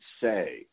say